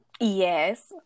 Yes